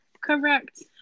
Correct